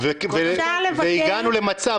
הגענו למצב,